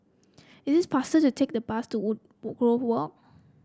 it is faster to take the bus to Wood Woodgrove Walk